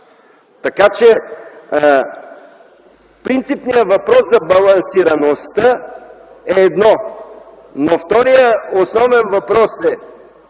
тогава. Принципният въпрос за балансираността е едно. Вторият основен въпрос е